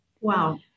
Wow